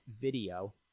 video